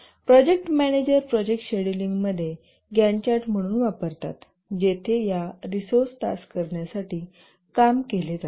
project manager project scheduling मध्ये Gantt chart म्हणून वापरतात जेथे या रिसोर्स टास्क करण्यासाठी काम केले जाते